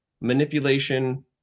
manipulation